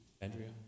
Andrea